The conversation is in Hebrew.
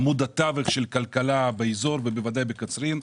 עמוד התווך של הכלכלה באזור ובוודאי בקצרין.